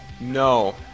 No